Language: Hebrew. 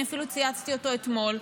אני אפילו צייצתי אותו אתמול.